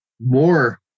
more